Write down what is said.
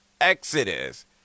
Exodus